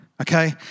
okay